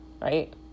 Right